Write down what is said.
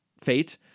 fate